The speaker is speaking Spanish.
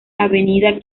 avenida